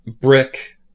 Brick